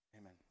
Amen